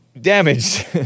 damaged